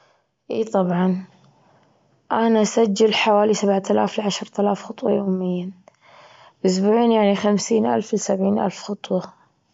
إي طبعًا، أنا أسجل حوالي سبعة الاف لعشرة الاف خطوة يوميا، أسبوعيًا يعني خمسين الف لسبعين الف خطوة.